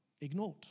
ignored